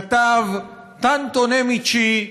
כתב: tanti nemici,